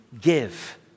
give